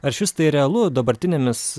ar išvis tai realu dabartinėmis